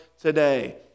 today